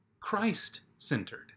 Christ-centered